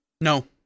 No